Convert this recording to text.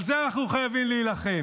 על זה אנחנו חייבים להילחם,